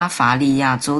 巴伐利亚州